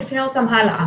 הוא יפנה אותם הלאה,